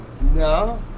No